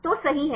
तो सही है